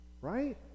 Right